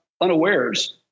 unawares